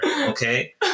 Okay